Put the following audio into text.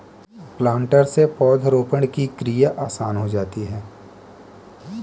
planter से पौधरोपण की क्रिया आसान हो जाती है